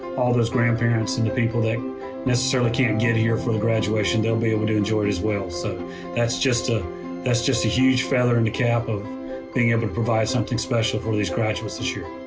all those grandparents and the people that necessarily can't get here for the graduation. they'll be able to enjoy it as well. so that's just ah that's just a huge feather in the cap of being able and to provide something special for these graduates this year.